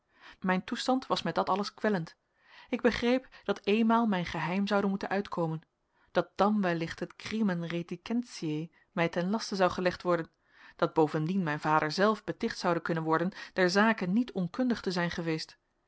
mijn toestand was met dat alles kwellend ik begreep dat eenmaal mijn geheim zoude moeten uitkomen dat dan wellicht het crimen reticentiae mij ten laste zou gelegd worden dat bovendien mijn vader zelf beticht zoude kunnen worden der zake niet onkundig te zijn geweest